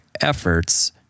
efforts